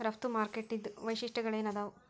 ರಫ್ತು ಮಾರುಕಟ್ಟಿದ್ ವೈಶಿಷ್ಟ್ಯಗಳೇನೇನ್ ಆದಾವು?